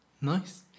Nice